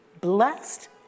blessed